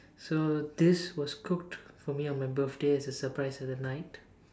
so this was cooked for me on my birthday as a surprise at the night